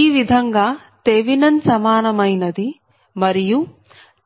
ఈ విధంగా థెవినెన్ సమానమైనది మరియు